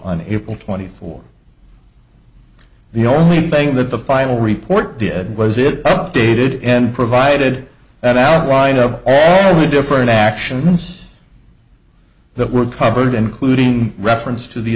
on april twenty fourth the only thing that the final report did was it updated and provided an outline of all the different actions that were covered including reference to the